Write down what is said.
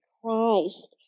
Christ